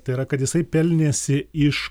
tai yra kad jisai pelnėsi iš